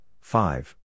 five